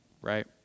right